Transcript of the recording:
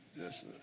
Yes